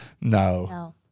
No